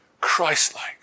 Christ-like